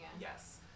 Yes